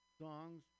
songs